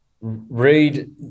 read